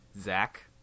Zach